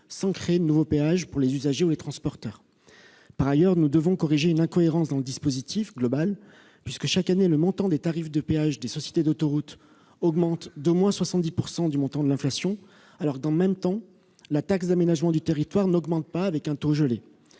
sans créer de nouveaux péages pour les usagers ou les transporteurs. Ensuite, nous devons corriger une incohérence dans le dispositif global. En effet, chaque année, le montant des tarifs de péage des sociétés d'autoroutes augmente d'au moins 70 % du montant de l'inflation, alors que, dans le même temps, le taux de la taxe d'aménagement du territoire est gelé.